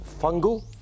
fungal